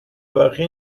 بخیه